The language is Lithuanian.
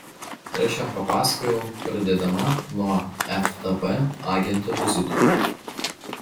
ir aš jam papasakojau pradėdama nuo ftb agentų vizito